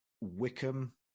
Wickham